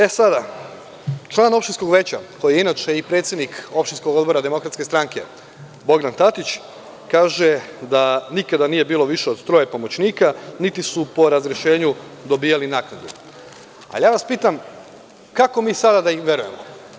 E sada, član Opštinskog veća, koji je inače i predsednik Opštinskog odbora DS, Bogdan Tatić, kaže da nikada nije bilo više od troje pomoćnika niti su po razrešenju dobijali naknadu, a ja vas pitam – kako mi sada da im verujemo?